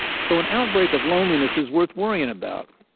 so an outbreak of loneliness is worth worrying about,